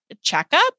checkup